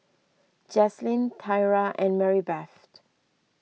Jaslyn Tyra and Maribeth Ter